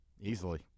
Easily